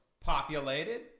populated